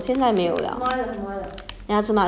but then 以前以前